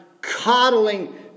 coddling